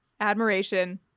admiration